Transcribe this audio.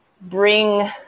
bring